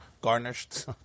Garnished